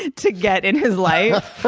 ah to get in his life.